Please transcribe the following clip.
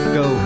go